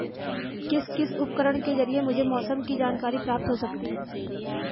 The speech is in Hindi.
किस किस उपकरण के ज़रिए मुझे मौसम की जानकारी प्राप्त हो सकती है?